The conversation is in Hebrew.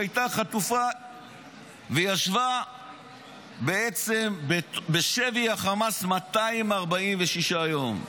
שהייתה חטופה וישבה בשבי החמאס 246 יום.